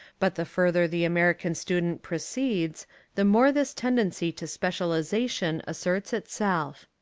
but the further the american student proceeds the more this tendency to specialisa tion asserts itself.